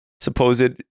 supposed